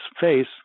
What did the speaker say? face